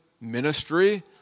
ministry